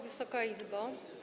Wysoka Izbo!